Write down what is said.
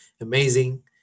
amazing